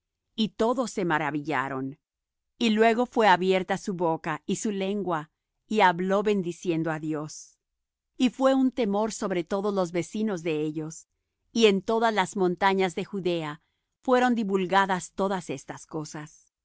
y todos se maravillaron y luego fué abierta su boca y su lengua y habló bendiciendo á dios y fué un temor sobre todos los vecinos de ellos y en todas las montañas de judea fueron divulgadas todas estas cosas